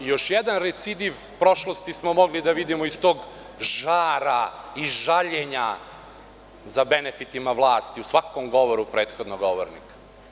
Još jedan recidiv prošlosti smo mogli da vidimo iz tog žara i žaljenja za benefitima vlasti u svakom govoru prethodnog govornika.